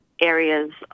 areas